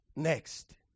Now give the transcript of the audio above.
next